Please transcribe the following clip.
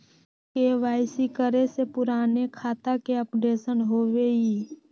KYC करें से पुराने खाता के अपडेशन होवेई?